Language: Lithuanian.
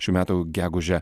šių metų gegužę